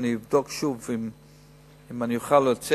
אני אבדוק שוב אם אני אוכל להוציא,